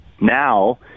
now